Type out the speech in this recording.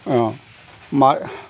মা